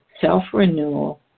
self-renewal